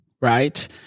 right